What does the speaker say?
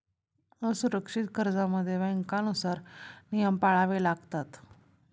असुरक्षित कर्जांमध्ये बँकांनुसार नियम पाळावे लागतात